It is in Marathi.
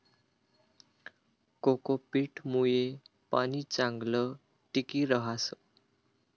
कोकोपीट मुये पाणी चांगलं टिकी रहास